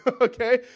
Okay